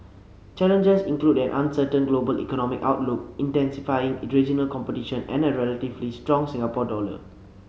challenges include an uncertain global economic outlook intensifying regional competition and a relatively strong Singapore dollar